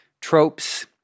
tropes